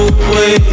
away